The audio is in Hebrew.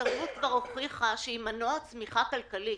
התרבות כבר הוכיחה שהיא מנוע צמיחה כלכלי.